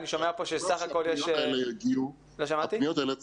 הפניות האלה